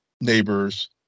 neighbors